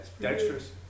dexterous